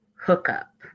hookup